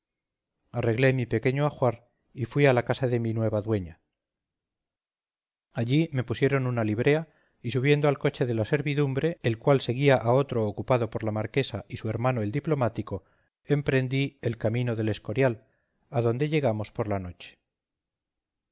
arreglé mi pequeño ajuar y fui a la casa de mi nueva dueña allí me pusieron una librea y subiendo al coche de la servidumbre el cual seguía a otro ocupado por la marquesa y su hermano el diplomático emprendí el camino del escorial a donde llegamos por la noche